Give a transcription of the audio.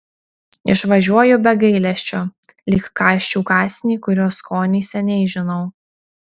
išvažiuoju be gailesčio lyg kąsčiau kąsnį kurio skonį seniai žinau